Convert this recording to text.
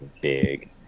big